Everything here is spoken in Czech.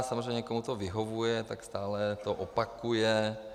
Samozřejmě komu to vyhovuje, tak to stále opakuje.